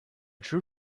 true